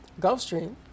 Gulfstream